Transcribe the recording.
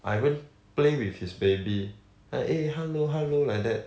I even play with his baby !huh! eh hello hello like that